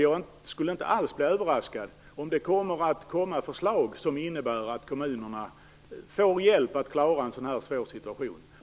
Jag skulle inte alls bli överraskad om det kom förslag som innebär att kommunerna får hjälp att klara en sådan här svår situation.